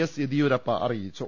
S Yediyurappa അറിയിച്ചു